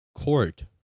Court